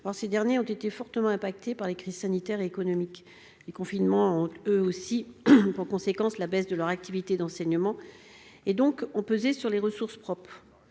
ces organismes ont été fortement affectés par les crises sanitaire et économique. Les confinements ont eu pour conséquence une baisse de leur activité d'enseignement, qui a pesé sur les ressources propres.